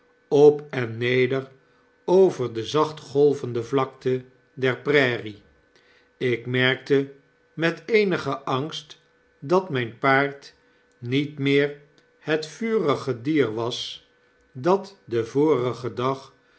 op en neder over de zacht golvende vlakte der prairie ik merkte met eenigen angst dat myn paard niet meer het vurige dier was dat den vorigen dag